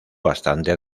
bastante